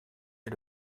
est